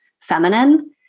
feminine